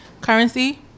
Currency